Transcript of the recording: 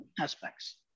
aspects